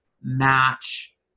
match